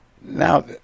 Now